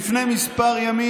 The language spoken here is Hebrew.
לפני כמה ימים,